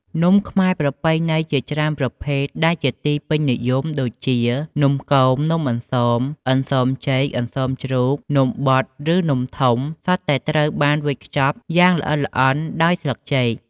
នំខ្មែរប្រពៃណីជាច្រើនប្រភេទដែលជាទីពេញនិយម ដូចជា នំគម នំអន្សម (អន្សមចេក អន្សមជ្រូក) នំបត់ ឬនំធំ សុទ្ធតែត្រូវបានវេចខ្ចប់យ៉ាងល្អិតល្អន់ដោយស្លឹកចេក។